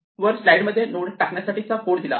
वर स्लाईड मध्ये नोड टाकण्या साठी चा कोड दिला आहे